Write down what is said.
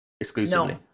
exclusively